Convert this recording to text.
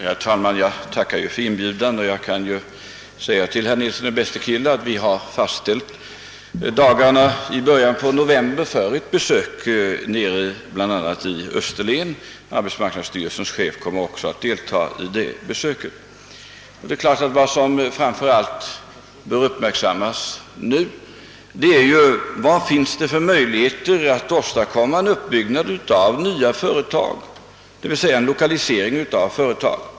Herr talman! Jag tackar för inbjudan och kan tala om för herr Nilsson i Bästekille att vi avsatt några dagar i början av november för ett besök bl.a. nere i Österlen. Arbetsmarknadsstyrelsens chef kommer också att deltaga i det besöket. Vad som framför allt bör uppmärksammas nu är självfallet vilka möjligheter som finns att åstadkomma en uppbyggnad av nya företag, d. v. s. en lokalisering av företag.